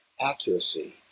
accuracy